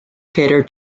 cater